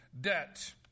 debt